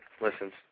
listens